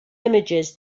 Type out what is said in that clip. images